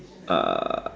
uh